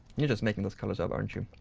you're just making those colors up, aren't you?